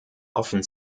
offen